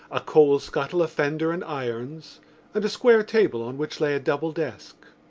a coal-scuttle, a fender and irons and a square table on which lay a double desk.